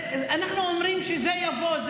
אנחנו אומרים שזה יבוא.